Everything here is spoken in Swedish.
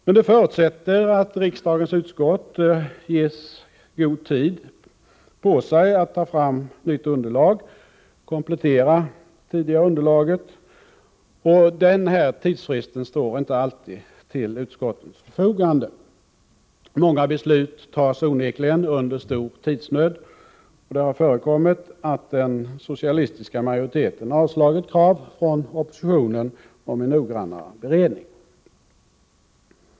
Men det förutsätter att riksdagens utskott ges god tid att ta fram nytt underlag och komplettera tidigare underlag, men denna tidsfrist står inte alltid till utskottens förfogande. Många beslut fattas onekligen under stor tidsnöd, och det har förekommit att den socialistiska majoriteten avslagit krav från oppositionen om en noggrannare beredning.